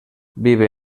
vive